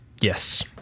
Yes